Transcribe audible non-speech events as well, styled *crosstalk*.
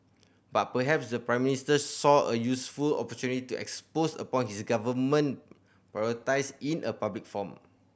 but perhaps the Prime Minister saw a useful opportunity to *unintelligible* upon his government *unintelligible* in a public forum